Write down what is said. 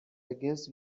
against